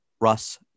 Russ